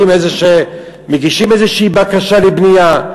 או שמגישים איזושהי בקשה לבנייה.